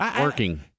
Working